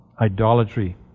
idolatry